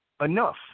enough